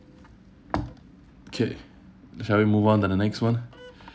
okay shall we move on to the next one